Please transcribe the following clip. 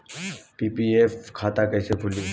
PPF खाता कैसे खुली?